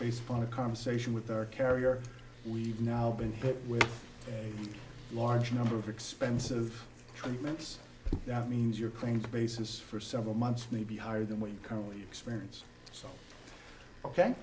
based on a conversation with our carrier we've now been hit with a large number of expensive treatments that means your claim basis for several months may be higher than what you currently experience so ok